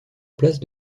place